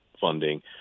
funding